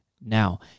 now